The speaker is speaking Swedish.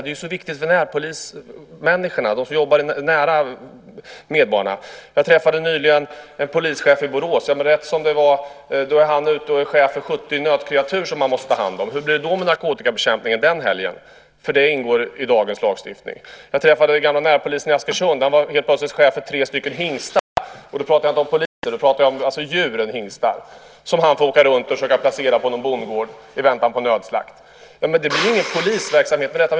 Det är så viktigt för närpolisen, de som jobbar nära medborgarna. Jag träffade nyligen en polischef i Borås. Han är rätt som det är ute och är chef för 70 nötkreatur som han måste ta hand om. Hur blir det med narkotikabekämpningen den helgen? Det ingår i dagens lagstiftning. Jag träffade den gamle närpolisen i Askersund. Han var helt plötsligt chef för tre stycken hingstar. Och då pratar jag inte om poliser utan om djuren hingstar. Dem får han åka runt och försöka placera på någon bondgård i väntan på nödslakt. Det blir ingen polisverksamhet av detta.